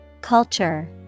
Culture